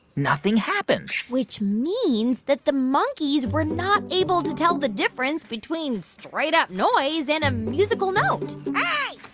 nothing happened which means that the monkeys were not able to tell the difference between straight-up noise and a musical note hey,